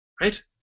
right